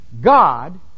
God